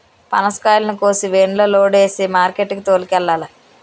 పనసకాయలను కోసి వేనులో లోడు సేసి మార్కెట్ కి తోలుకెల్లాల